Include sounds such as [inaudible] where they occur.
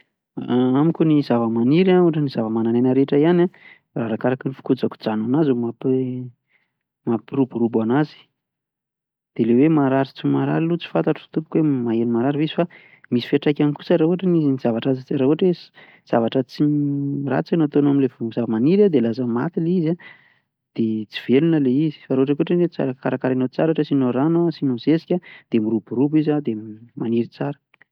[hesitation] Amiko ny zavamaniry an, toy ny zavamananaina rehetra ihany an, arakaraky ny fikojakojanao azy no mampi-, mampiroborobo azy, dia ilay hoe maharary sy tsy maharary aloha tsy fantatro tompoko hoe maheno maharary ve izy fa, misy fiantraikany kosa raha ohatra hoe zavatra raha ohatra zavatra tsy [hesitation] ratsy no ataonao amin'ilay zavamaniry dia lasa maty ilay izy an dia tsy velona ilay izy, fa raha ohatra kosa hoe karakarainao tsara ohatra hoe asinao rano, asinao zezika dia miroborobo izy an dia maniry tsara.